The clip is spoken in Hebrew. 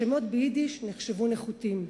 שמות ביידיש נחשבו נחותים.